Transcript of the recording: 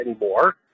anymore